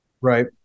Right